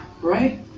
right